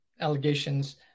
allegations